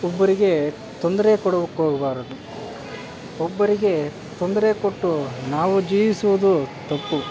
ಒಬ್ಬರಿಗೆ ತೊಂದರೆ ಕೊಡೋಕ್ಕೋಗ್ಬಾರ್ದು ಒಬ್ಬರಿಗೆ ತೊಂದರೆ ಕೊಟ್ಟು ನಾವು ಜೀವಿಸೋದು ತಪ್ಪು